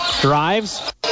drives